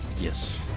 Yes